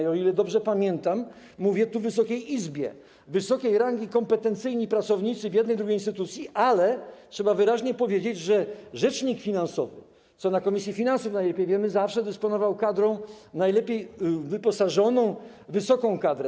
I o ile dobrze pamiętam, mówię tu w Wysokiej Izbie, wysokiej rangi kompetentni pracownicy w jednej i drugiej instytucji, ale trzeba wyraźnie powiedzieć, że rzecznik finansowy, co w Komisji Finansów najlepiej wiemy, zawsze dysponował kadrą najlepiej wyposażoną, wysoką kadrą.